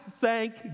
thank